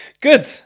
Good